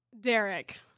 Derek